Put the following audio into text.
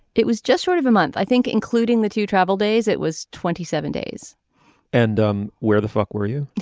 it was just short of a month i think including the two travel days it was twenty seven days and um where the fuck were you